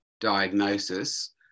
diagnosis